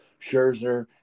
Scherzer